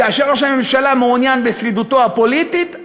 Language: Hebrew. כאשר ראש הממשלה מעוניין בשרידותו הפוליטית,